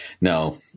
no